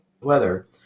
weather